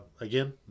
again